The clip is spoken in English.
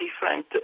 different